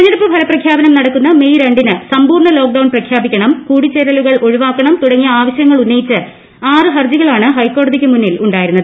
തിരഞ്ഞെടുപ്പ് ഫലപ്രഖ്യാപനം നടക്കുന്ന മേയ് രണ്ടിന് സമ്പൂർണ ലോക്ക്ഡൌൺ പ്രഖ്യാപിക്കണം കൂടിച്ചേരലുകൾ ഒഴിവാക്കണം തുടങ്ങിയ ആവശ്യങ്ങൾ ഉന്നയിച്ച് ആറ് ഹർജികളാണ് ഹൈക്കോടതിക്ക് മുന്നിൽ ഉണ്ടായിരുന്നത്